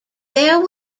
there